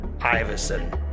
Iverson